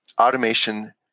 automation